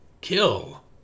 Kill